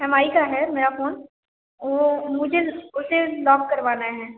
M आई का है मेरा फ़ोन वो मुझे उसे मुझे लॉक करवाना है